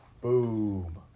boom